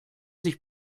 sich